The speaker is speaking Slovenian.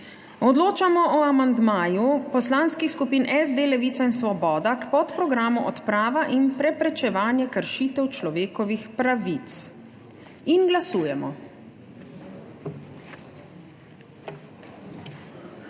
Odločamo o amandmaju poslanskih skupin SD, Levica in Svoboda k podprogramu Odprava in preprečevanje kršitev človekovih pravic Glasujemo.